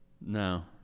No